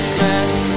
mess